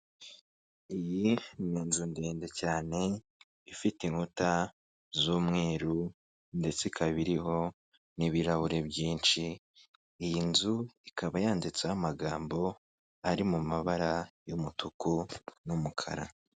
Iyi n'inzu ndende cyane ifite inkuta z'umweru ndetse ikaba iriho n'ibirahure byinshi, iyi nzu ikaba yanditseho amagambo ari mu mabara y'umutuku n'umukara.